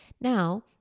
Now